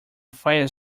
fire